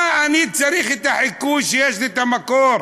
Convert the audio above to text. מה אני צריך את החיקוי כשיש לי את המקור?